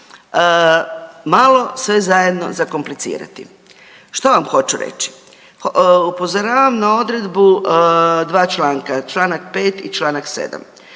malo sve zajedno zakomplicirati. Što vam hoću reći? Upozoravam na odredbu 2 članka, čl. 5 i čl. 7